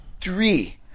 three